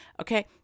Okay